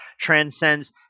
transcends